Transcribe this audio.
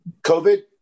COVID